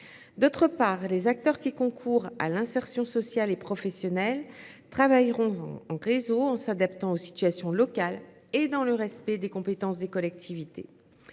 D’autre part, les acteurs qui concourent à l’insertion sociale et professionnelle travailleront en réseau en s’adaptant aux situations locales, et dans le respect des compétences des collectivités.